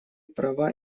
права